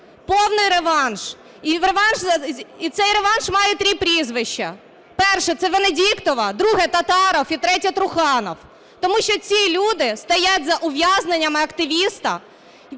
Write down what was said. Повний реванш. І цей реванш має три прізвища. Перше – це Венедіктова, друге – Татаров і третє – Труханов. Тому що ці люди стоять за ув'язненням активіста,